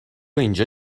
اینجا